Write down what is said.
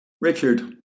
Richard